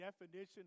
definition